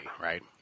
right